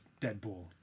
deadpool